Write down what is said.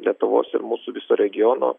lietuvos ir mūsų viso regiono